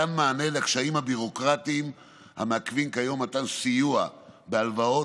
מתן מענה לקשיים הביורוקרטיים המעכבים כיום מתן סיוע בהלוואות